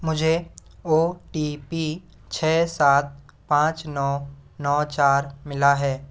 मुझे O T P छः सात पाँच नौ नौ चार मिला है